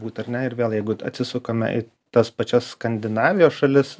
būt ar ne ir vėl jeigu atsisukame į tas pačias skandinavijos šalis